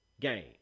game